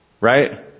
Right